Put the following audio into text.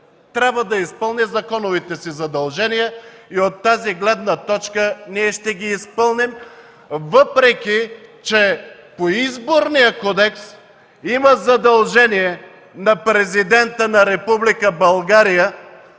трябва да изпълни законовите си задължения и от тази гледна точка ние ще ги изпълним, въпреки че по Изборния кодекс има задължение на президента на Република